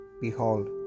Behold